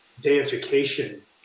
deification